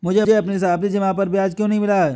मुझे अपनी सावधि जमा पर ब्याज क्यो नहीं मिला?